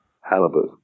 halibut